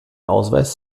ausweis